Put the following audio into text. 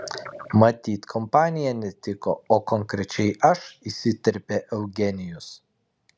matyt kompanija netiko o konkrečiai aš įsiterpė eugenijus